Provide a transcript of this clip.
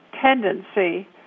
tendency